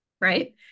Right